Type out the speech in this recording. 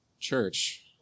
church